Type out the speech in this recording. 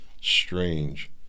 Strange